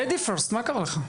Ladies first מה קרה לך?